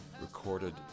recorded